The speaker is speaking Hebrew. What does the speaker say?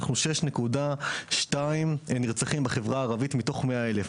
אנחנו 6.2 נרצחים בחברה הערבית מתוך 100 אלף.